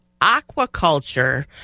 aquaculture